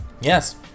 yes